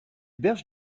berges